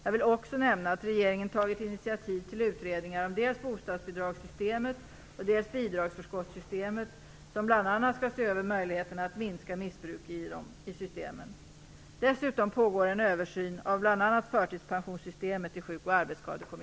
Jag vill också nämna att regeringen tagit initiativ till utredningar om dels bostadsbidragssystemet, dels bidragsförskottssystemet som bl.a. skall se över möjligheterna att minska missbruk i systemen. Dessutom pågår en översyn av bl.a. förtidspensionssystemet i